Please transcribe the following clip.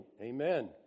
Amen